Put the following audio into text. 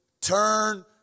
turn